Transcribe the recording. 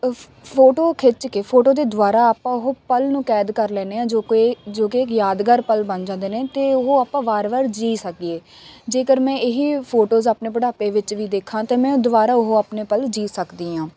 photo ਖਿੱਚ ਕੇ photo ਦੇ ਦੁਆਰਾ ਆਪਾਂ ਉਹ ਪਲ ਨੂੰ ਕੈਦ ਕਰ ਲੈਂਦੇ ਹਾਂ ਜੋ ਕਿ ਜੋ ਕਿ ਇੱਕ ਯਾਦਗਾਰ ਪਲ ਬਣ ਜਾਂਦੇ ਨੇ ਅਤੇ ਉਹ ਆਪਾਂ ਵਾਰ ਵਾਰ ਜੀ ਸਕੀਏ ਜੇਕਰ ਮੈਂ ਇਹੀ ਫੋਟੋਜ਼ ਆਪਣੇ ਬੁਢਾਪੇ ਵਿੱਚ ਵੀ ਦੇਖਾਂ ਤਾਂ ਮੈਂ ਦੁਬਾਰਾ ਉਹ ਆਪਣੇ ਪਲ ਜੀ ਸਕਦੀ ਹਾਂ